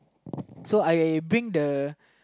so I bring the